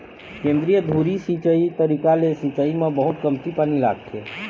केंद्रीय धुरी सिंचई तरीका ले सिंचाई म बहुत कमती पानी लागथे